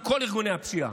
עם כל ארגוני הפשיעה.